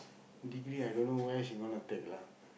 degree I don't know where she is going to take lah